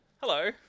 Hello